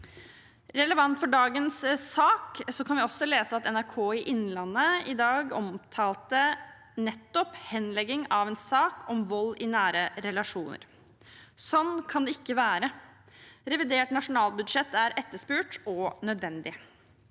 relevant for dagens sak kan vi lese at NRK Innlandet i dag omtalte nettopp henlegging av en sak om vold i nære relasjoner. Sånn kan det ikke være. Revidert nasjonalbudsjett er etterspurt og nødvendig.